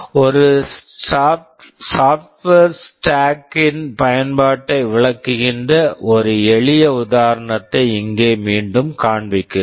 ஒரு software stack software stack ன் பயன்பாட்டை விளக்குகின்ற ஒரு எளிய உதாரணத்தை இங்கே மீண்டும் காண்பிக்கிறேன்